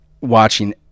watching